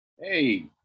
Hey